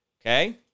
Okay